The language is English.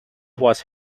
was